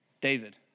David